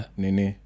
nini